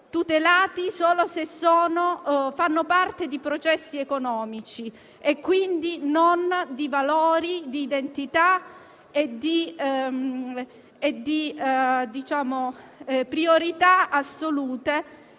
tutelati solo se parte di processi economici, quindi non come valori, identità e priorità assolute